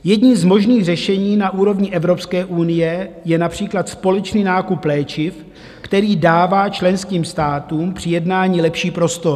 Jedním z možných řešení na úrovni Evropské unie je například společný nákup léčiv, který dává členským státům při jednání lepší prostor.